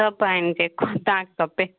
सभु आहिनि जेको तव्हांखे खपे